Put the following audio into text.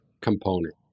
component